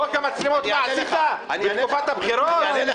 חוק המצלמות לא עשית בתקופת הבחירות?